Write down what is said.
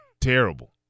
terrible